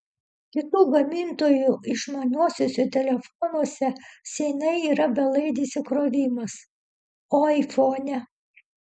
kitų gamintojų išmaniuosiuose telefonuose seniai yra belaidis įkrovimas o aifone